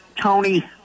Tony